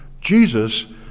Jesus